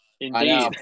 indeed